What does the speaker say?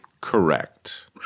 Correct